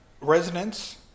residents